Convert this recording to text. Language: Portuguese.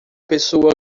pessoa